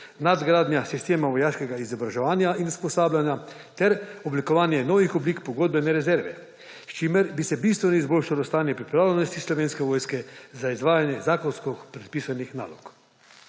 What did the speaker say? nadgradnja sistema vojaškega izobraževanja in usposabljanja ter oblikovanje novih oblik pogodbene rezerve, s čimer bi se bistveno izboljšalo stanje pripravljenosti Slovenske vojske za izvajanje zakonsko predpisanih nalog.